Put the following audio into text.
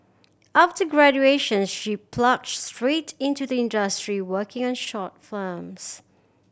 after graduation she plunged straight into the industry working on short films